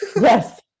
Yes